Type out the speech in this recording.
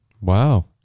wow